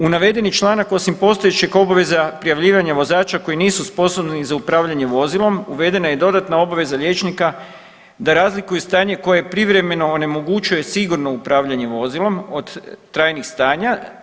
U navedeni članak osim postojećih obveza prijavljivanja vozača koji nisu sposobni za upravljanje vozilom uvedena je i dodatna obveza liječnika da razlikuje stanje koje privremeno onemogućuje sigurno upravljanje vozilom od trajnih stanja.